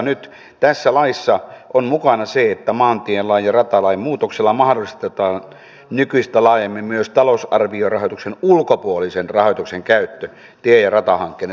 nyt tässä laissa on mukana se että maantielain ja ratalain muutoksella mahdollistetaan nykyistä laajemmin myös talousarviorahoituksen ulkopuolisen rahoituksen käyttö tie ja ratahankkeiden toteuttamiseksi